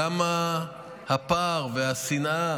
כמה הפער והשנאה